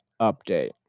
update